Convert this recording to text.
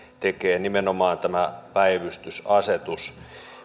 tekee nimenomaan tämä päivystysasetus